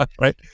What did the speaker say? Right